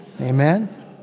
Amen